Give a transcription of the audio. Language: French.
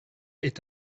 est